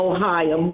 Ohio